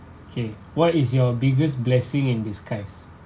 K what is your biggest blessing in disguise